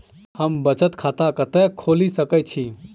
हम बचत खाता कतऽ खोलि सकै छी?